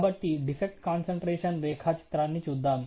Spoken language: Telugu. కాబట్టి డిఫెక్ట్ కాన్సంట్రేషన్ రేఖాచిత్రాన్ని చూద్దాం